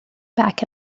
back